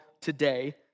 today